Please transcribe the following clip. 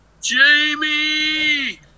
Jamie